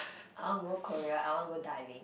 I wanna go Korea I wanna go diving